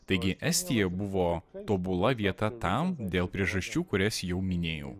taigi estija buvo tobula vieta tam dėl priežasčių kurias jau minėjau